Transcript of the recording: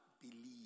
believe